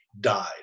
died